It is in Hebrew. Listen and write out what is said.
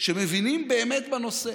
שמבינים באמת בנושא.